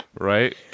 Right